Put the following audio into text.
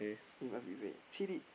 he must be very chili